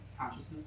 Consciousness